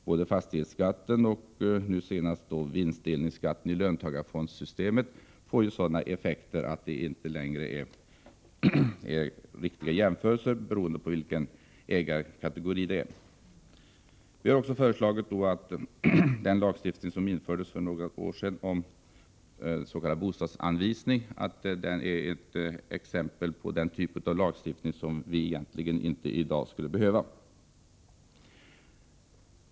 Både fastighetsskatten och nu senast vinstdelningsskatten i löntagarfondssystemet får sådana effekter att det inte längre går att göra riktiga jämförelser mellan olika ägarkategorier. Vi anser också att den lag som infördes för några år sedan om s.k. bostadsanvisning är ett exempel på en typ av lagstiftning som vi i dag egentligen inte skulle behöva.